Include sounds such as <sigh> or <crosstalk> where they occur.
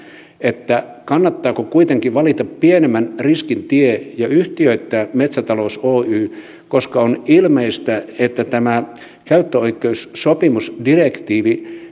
kannattaako kuitenkin valita pienemmän riskin tie ja yhtiöittää metsätalous oy koska on ilmeistä että tämä käyttöoikeussopimusdirektiivi <unintelligible>